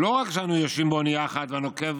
לא רק שאנו יושבים באונייה אחת והנוקב